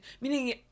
meaning